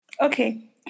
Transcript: Okay